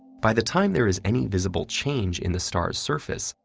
by the time there is any visible change in the star's suface,